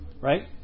right